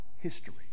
history